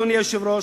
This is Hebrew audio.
אדוני היושב-ראש,